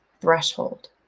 threshold